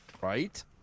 Right